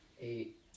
Eight